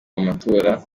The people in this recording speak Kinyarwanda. amatora